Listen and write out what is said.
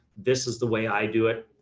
this is the way i do it.